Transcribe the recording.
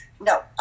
no